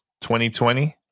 2020